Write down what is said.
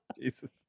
Jesus